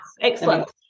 excellent